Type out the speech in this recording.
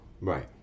right